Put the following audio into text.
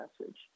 message